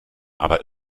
aber